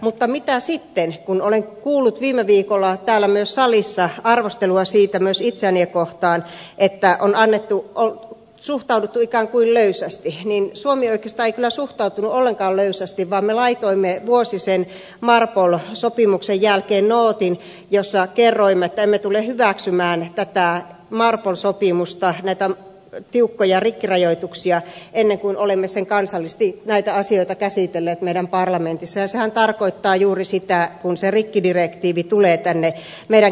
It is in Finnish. mutta mitä sitten kun olen kuullut viime viikolla myös täällä salissa arvostelua myös itseäni kohtaan siitä että on suhtauduttu ikään kuin löysästi niin suomi oikeastaan ei kyllä suhtautunut ollenkaan löysästi vaan me laitoimme vuosi sen marpol sopimuksen jälkeen nootin jossa kerroimme että emme tule hyväksymään tätä marpol sopimusta näitä tiukkoja rikkirajoituksia ennen kuin olemme kansallisesti näitä asioita käsitelleet meidän parlamentissamme ja sehän tarkoittaa juuri sitä kun se rikkidirektiivi tulee tänne meidän käsiteltäväksemme